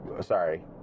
Sorry